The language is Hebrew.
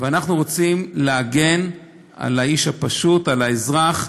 אנחנו רוצים להגן על האיש הפשוט, על האזרח,